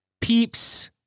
Peeps